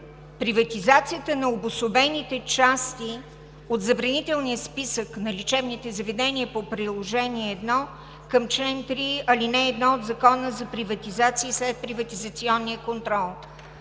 приватизацията на обособените части от Забранителния списък на лечебните заведения по Приложение № 1 към чл. 3, ал. 1 от Закона за приватизация и следприватизационен контрол.